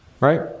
Right